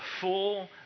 full